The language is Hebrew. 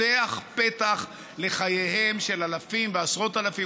פותח פתח לחייהם של אלפים ועשרות-אלפים,